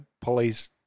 police